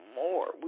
more